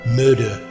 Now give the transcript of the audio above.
murder